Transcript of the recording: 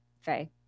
Faye